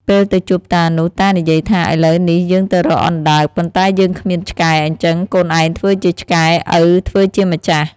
ពេលទៅជួបតានោះ តានិយាយថា "ឥឡូវនេះយើងទៅរកអណ្ដើក ប៉ុន្តែយើងគ្មានឆ្កែ អ៊ីចឹងកូនឯងធ្វើជាឆ្កែឪធ្វើជាម្ចាស់"។